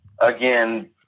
again